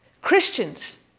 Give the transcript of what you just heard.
Christians